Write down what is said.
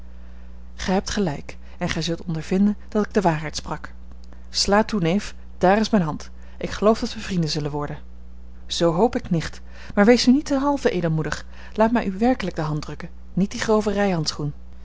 gij hebt gelijk en gij zult ondervinden dat ik de waarheid sprak sla toe neef daar is mijne hand ik geloof dat wij vrienden zullen worden zoo hoop ik nicht maar wees nu niet ten halve edelmoedig laat mij u werkelijk de hand drukken niet die grove rijhandschoen